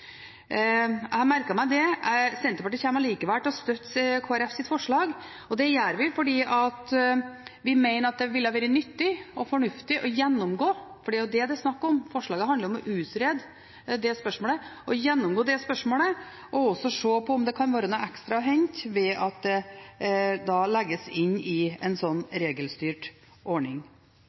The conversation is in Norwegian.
jeg har merket meg det. Senterpartiet kommer allikevel til å støtte Kristelig Folkepartis forslag, og det gjør vi fordi vi mener at det ville ha vært nyttig og fornuftig å gjennomgå det spørsmålet – for det er jo det det er snakk om, forslaget handler om å utrede det spørsmålet – og også se på om det kan være noe ekstra å hente ved at det legges inn i en slik regelstyrt ordning.